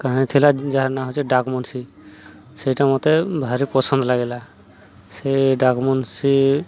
କାହାଣୀ ଥିଲା ଯାହାର ନାଁ ହେଉଛି ଡାକମୁନିସ୍ ସେଇଟା ମତେ ଭାରି ପସନ୍ଦ ଲାଗିଲା ସେ ଡାକମୁନିସ୍